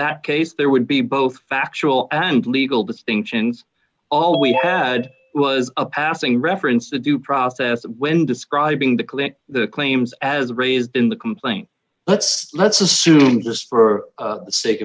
that case there would be both factual and legal distinctions all we had was a passing reference to due process when describing the clinic the claims as raised in the complaint let's let's assume just for the sake